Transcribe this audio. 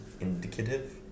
Indicative